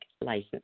license